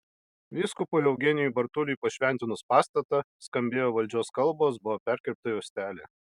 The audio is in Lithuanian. vyskupui eugenijui bartuliui pašventinus pastatą skambėjo valdžios kalbos buvo perkirpta juostelė